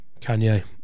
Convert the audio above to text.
Kanye